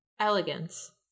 elegance